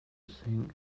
think